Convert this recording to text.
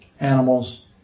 Animals